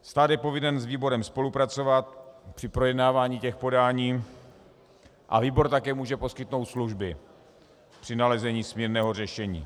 Stát je povinen s výborem spolupracovat při projednávání podání a výbor také může poskytnout služby při nalezení smírného řešení.